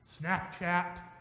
Snapchat